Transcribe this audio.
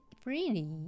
freely